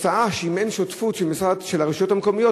התוצאה היא שאם אין שותפות של הרשויות המקומיות,